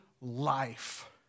life